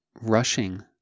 rushing